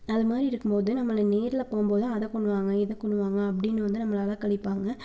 அதுமாதிரி இருக்கும் போது நம்மள நேர்ல போகும்போது அதை கொண்டு வாங்க இதை கொண்டு வாங்க அப்படினு வந்து நம்மள அலக்கழிப்பாங்கள்